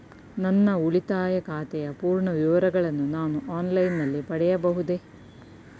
ನನ್ನ ಉಳಿತಾಯ ಖಾತೆಯ ಪೂರ್ಣ ವಿವರಗಳನ್ನು ನಾನು ಆನ್ಲೈನ್ ನಲ್ಲಿ ಪಡೆಯಬಹುದೇ?